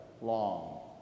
Long